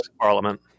Parliament